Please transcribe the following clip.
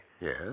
Yes